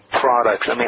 products